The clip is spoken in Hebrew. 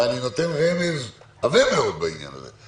ואני נותן רמז עבה מאוד בעניין הזה,